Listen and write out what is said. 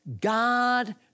God